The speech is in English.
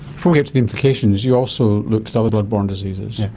before we get to the implications, you also looked at other blood borne diseases. yeah